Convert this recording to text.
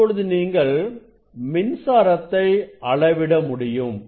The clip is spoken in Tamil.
இப்பொழுது நீங்கள் மின்சாரத்தை அளவிட முடியும்